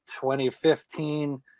2015